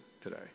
today